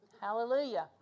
Hallelujah